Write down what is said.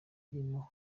irimo